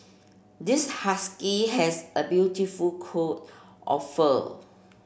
this husky has a beautiful coat of fur